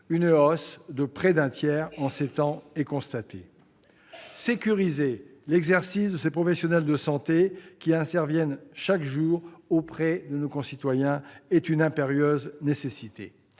une hausse de près d'un tiers en sept ans. Sécuriser l'exercice de ces professionnels de santé qui interviennent chaque jour auprès de nos concitoyens est une impérieuse nécessité.